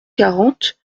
quarante